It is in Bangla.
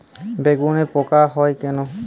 বেগুনে পোকা কেন হয়?